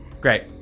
Great